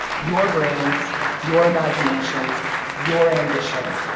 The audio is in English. your brains, your imaginations, your ambition,